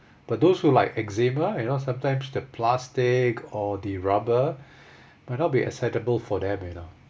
but those who like eczema you know sometimes the plastic or the rubber may not be acceptable for them you know